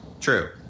True